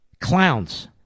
clowns